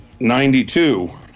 92